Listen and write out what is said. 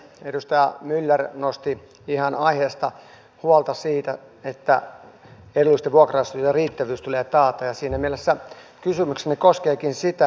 edustaja myller nosti ihan aiheesta huolta siitä että edullisten vuokra asuntojen riittävyys tulee taata ja siinä mielessä kysymykseni koskeekin ympäristöministeriön alaa